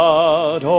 God